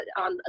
on